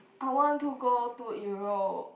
I want to go to Europe